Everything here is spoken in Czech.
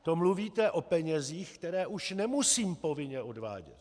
To mluvíte o penězích, které už nemusím povinně odvádět.